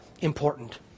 important